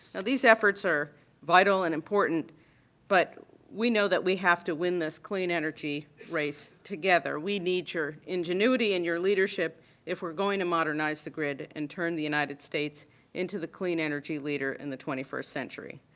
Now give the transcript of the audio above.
ah these efforts are vital and important but we know that we have to win this clean energy race together. we need your ingenuity and your leadership if we're going to modernize the grid and turn the united states into the clean energy leader in the twenty first century.